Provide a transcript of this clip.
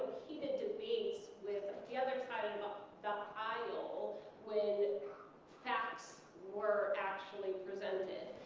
heated debates with the other side of the aisle when facts were actually presented.